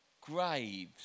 graves